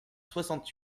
soixante